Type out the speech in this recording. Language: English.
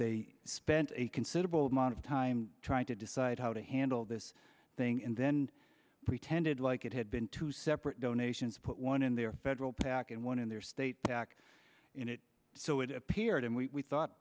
they spent a considerable amount of time trying to decide how to handle this thing and then pretended like it had been two separate donations put one in their federal pac and one in their state pac in it so it appeared and we thought